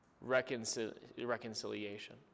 reconciliation